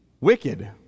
wicked